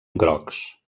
grocs